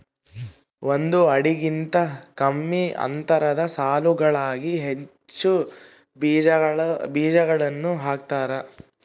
ಒಂದು ಅಡಿಗಿಂತ ಕಮ್ಮಿ ಅಂತರದ ಸಾಲುಗಳಾಗ ಹೆಚ್ಚು ಬೀಜಗಳನ್ನು ಹಾಕ್ತಾರ